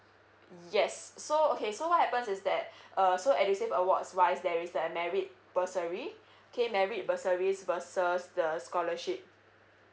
yes so okay so what happens is that uh so edusave awards wise there is a merit bursary okay merit bursary versus the scholarship